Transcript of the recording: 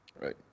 right